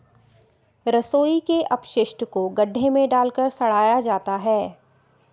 रसोई के अपशिष्ट को गड्ढे में डालकर सड़ाया जाता है